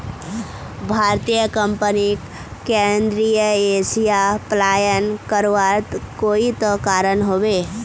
भारतीय कंपनीक केंद्रीय एशिया पलायन करवार कोई त कारण ह बे